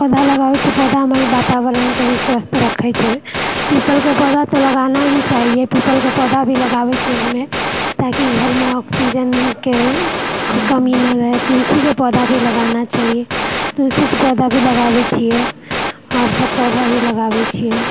आओर पौधा लगाबय छियै पौधा हमर वातावरणके भी स्वस्थ राखैत छै पीपलके पौधा तऽ लगाना ही चाहिए पीपलके पौधा भी लगाबैत छियै हमे ताकि घरमे ऑक्सीजनके कमी नहि रहे तुलसीके पौधा भी लगाना चाही तुलसीके पौधा भी लगाबैत छियै आओर सब पौधा भी लगाबैत छियै